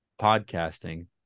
podcasting